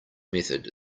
method